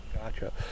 Gotcha